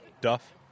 Duff